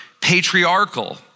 patriarchal